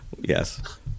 Yes